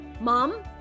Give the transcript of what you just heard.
mom